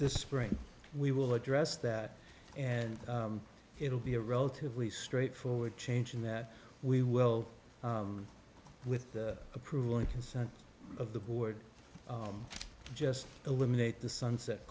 this spring we will address that and it will be a relatively straightforward change in that we will with the approval and consent of the board just eliminate the sunset